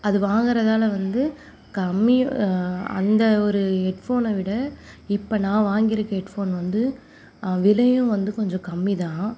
அது வாங்கிறதால வந்து கம்மி அந்த ஒரு ஹெட்ஃபோனை விட இப்போ நான் வாங்கிருக்க ஹெட் ஃபோன் வந்து விலையும் வந்து கொஞ்சம் கம்மிதான்